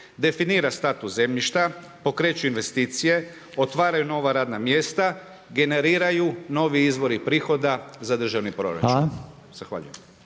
definira status zemljišta, pokreću investicije, otvaraju nova radna mjesta, generiraju novi izvori prihoda za državni proračun.